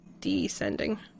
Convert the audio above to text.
descending